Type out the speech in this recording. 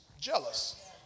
jealous